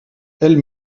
elle